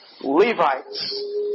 Levites